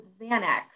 Xanax